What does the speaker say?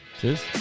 Cheers